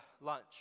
lunch